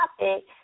topic